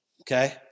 Okay